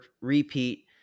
repeat